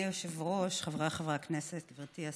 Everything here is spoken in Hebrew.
אדוני היושב-ראש, חבריי חברי הכנסת, גברתי השרה,